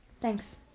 thanks